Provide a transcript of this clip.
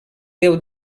déu